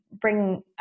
bring